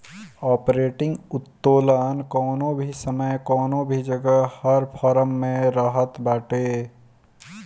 operating उत्तोलन कवनो भी समय कवनो भी जगह हर फर्म में रहत बाटे